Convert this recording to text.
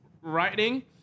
writing